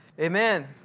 Amen